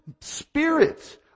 Spirit